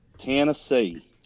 Tennessee